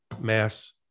mass